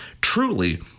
truly